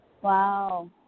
Wow